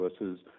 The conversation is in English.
versus